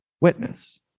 witness